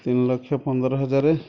ତିନିଲକ୍ଷ ପନ୍ଦର ହଜାର